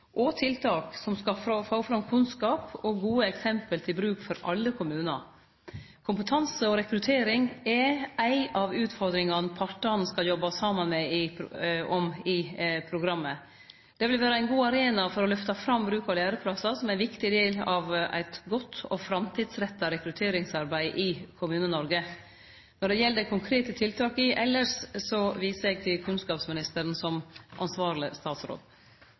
og tiltak som skal få fram kunnskap og gode eksempel til bruk for alle kommunar. «Kompetanse og rekruttering» er ei av utfordringane partane skal jobbe saman om i programmet. Det vil vere ein god arena for å lyfte fram bruk av læreplassar som ein viktig del av eit godt og framtidsretta rekrutteringsarbeid i Kommune-Noreg. Når det gjeld konkrete tiltak elles, viser eg til kunnskapsministeren som ansvarleg statsråd.